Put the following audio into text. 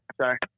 sorry